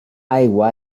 aigua